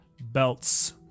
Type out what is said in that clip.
Belts